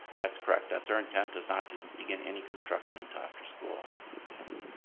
that's correct. that's our intent is not to begin any construction until after school ends.